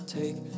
take